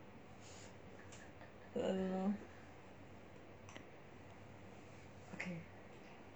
I don't know okay